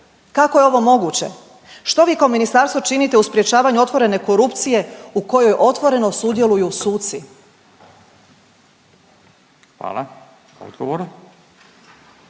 Kako je ovo moguće? Što vi kao ministarstvo činite u sprječavanju otvorene korupcije u kojoj otvoreno sudjeluju suci? **Radin,